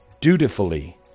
dutifully